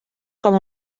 com